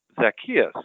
Zacchaeus